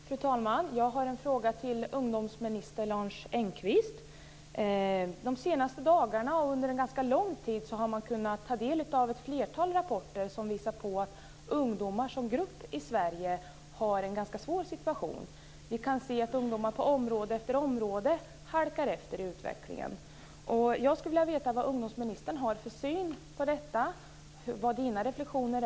Fru talman! Jag har en fråga till ungdomsminister De senaste dagarna, och under en ganska lång tid, har man kunnat ta del av ett flertal rapporter som visar att ungdomar som grupp i Sverige har en ganska svår situation. Vi kan se att ungdomar halkar efter i utvecklingen på område efter område. Jag skulle vilja veta vad ungdomsministern har för syn på detta. Vilka är hans reflexioner?